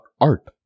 art